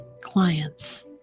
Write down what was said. clients